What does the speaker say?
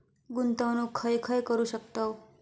गुंतवणूक खय खय करू शकतव?